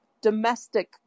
domestic